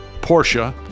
Porsche